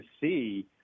see